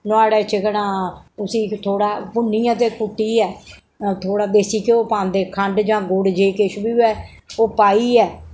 नुआढ़े च केह् नां उस्सी थोह्ड़ा भुन्नियै ते कुट्टियै थोह्ड़ा देसी घ्यो पांदे खंड जां गुड़ जे किश बी होऐ ओह् पाइयै